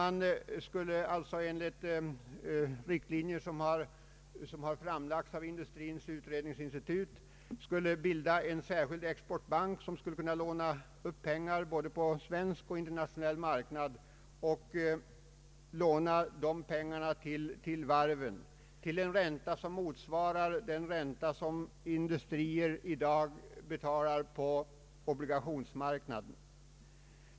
Enligt riktlinjer som framlagts av Industrins utredningsinstitut kunde man bilda en särskild exportbank, som skulle kunna låna upp pengar både på svensk och på internationell marknad och sedan låna ut de pengarna till varven mot en ränta, motsvarande den ränta industrin i dag betalar på obligationsmarknaden.